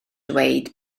dweud